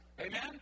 Amen